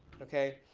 okay,